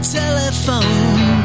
telephone